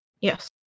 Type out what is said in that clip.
Yes